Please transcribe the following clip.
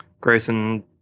Grayson